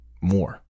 more